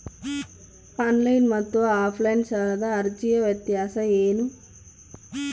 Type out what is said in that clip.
Online ಮತ್ತು offline ಸಾಲದ ಅರ್ಜಿಯ ವ್ಯತ್ಯಾಸ ಏನು?